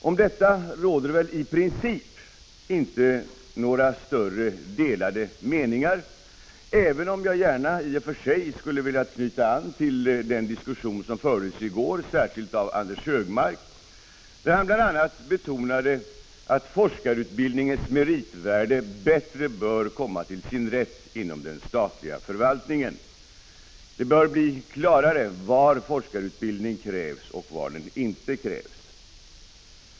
Om detta råder väli princip inte några större meningsskiljaktigheter, även om jag gärna i och för sig skulle ha velat knyta an till den diskussion som fördes i går. Jag vill särskilt peka på det som Anders Högmark sade, bl.a. hans betoning av att forskarutbildningens meritvärde bättre bör komma till sin rätt inom den statliga förvaltningen. Det bör bli klarare var forskarutbildning krävs och var den inte krävs.